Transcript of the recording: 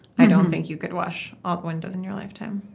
i don't think you could wash all the windows in your lifetime,